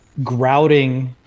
grouting